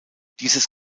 dieses